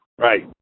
Right